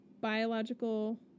biological